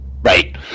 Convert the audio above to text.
Right